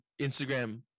Instagram